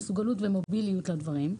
המסוגלות ומוביליות לדברים.